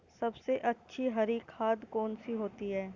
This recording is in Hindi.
सबसे अच्छी हरी खाद कौन सी होती है?